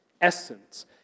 essence